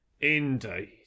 indeed